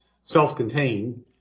self-contained